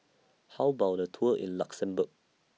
How about A Tour in Luxembourg